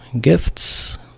gifts